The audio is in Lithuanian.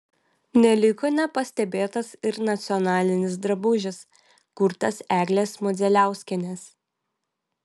neliko nepastebėtas ir nacionalinis drabužis kurtas eglės modzeliauskienės